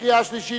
בקריאה שלישית.